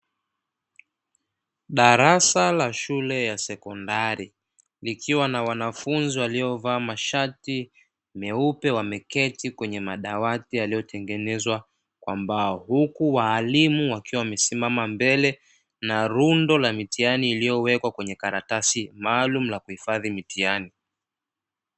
Darasa la shule ya sekondari likiwa na wanafunzi waliovaa mashati meupe, wameketi kwenye madawati yaliyotengenezwa kwa mbao, huku waalimu wakiwa mwamesimama mbele na rundo la mitihani, iliyowekwa kwenye karatasi maalum la kuhifadhia mitihani.